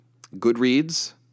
Goodreads